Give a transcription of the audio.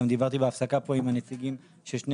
גם דיברתי בהפסקה פה עם הנציגים של שתי